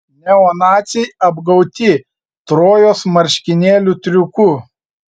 neonaciai apgauti trojos marškinėlių triuku